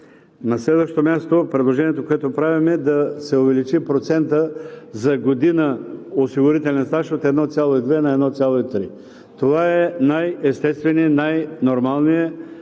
На следващо място, предложението, което правим, е да се увеличи процентът за година осигурителен стаж от 1,2 на 1,3. Това е най-естественият, най-нормалният